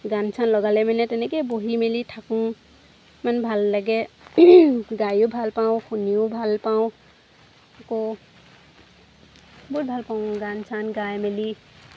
গান চান লগালে মানে তেনেকৈ বহি মেলি থাকোঁ ইমান ভাল লাগে গায়ো ভাল পাওঁ শুনিও ভাল পাওঁ আকৌ বহুত ভাল পাওঁ গান চান গাই মেলি